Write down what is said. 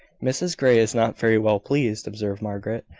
mrs grey is not very well pleased, observed margaret,